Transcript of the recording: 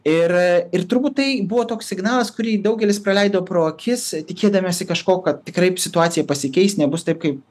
ir ir turbūt tai buvo toks signalas kurį daugelis praleido pro akis tikėdamiesi kažko kad tikrai situacija pasikeis nebus taip kaip